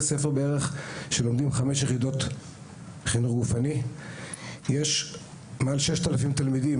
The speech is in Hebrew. ספר שבהם לומדים חמש יחידות חינוך גופני; יש למעלה מ-6,000 תלמידים